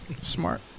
Smart